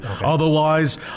Otherwise